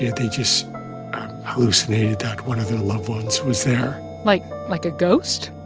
yeah they just hallucinated that one of their loved ones was there like like a ghost?